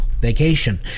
Vacation